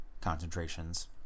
Concentrations